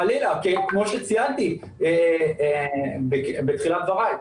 כמו שציינתי בתחילת דבריי,